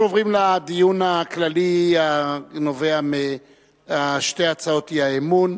אנחנו עוברים לדיון הכללי הנובע משתי הצעות האי-אמון,